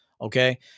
Okay